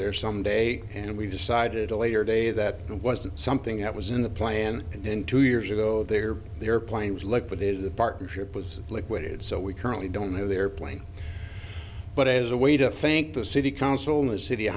there some day and we decided a later day that it wasn't something that was in the plan and then two years ago there the airplane was liquidated the partnership was liquidated so we currently don't know the airplane but as a way to thank the city council in the city